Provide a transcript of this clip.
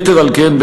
יתר על כן,